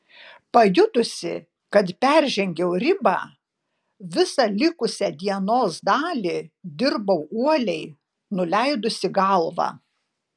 pajutusi kad peržengiau ribą visą likusią dienos dalį dirbau uoliai nuleidusi galvą